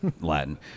Latin